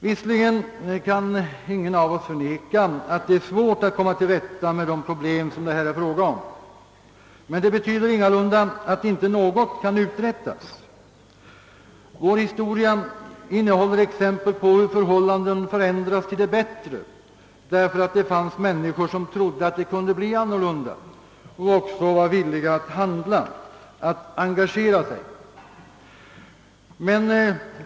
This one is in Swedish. Visserligen kan ingen av oss förneka att det är svårt att komma till rätta med de problem som det här är fråga om, men det betyder ingalunda att inte någonting kan uträttas. Vår historia visar exempel på hur förhållandena förändrats till det bättre, därför att det fanns människor som trodde att det skulle kunna bli annorlunda och som också var villiga att handla och engagera sig.